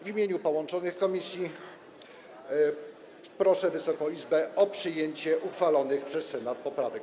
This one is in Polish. W imieniu połączonych komisji proszę Wysoką Izbę o przyjęcie uchwalonych przez Senat poprawek.